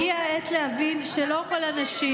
הגיעה העת להבין שלא כל הנשים,